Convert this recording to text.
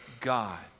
God